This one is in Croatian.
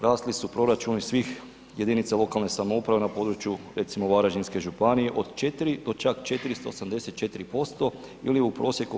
Rasli su proračuni svih jedinica lokalnih samouprava na području recimo Varaždinske županije, od 4 do čak 484% ili u prosjeku 59%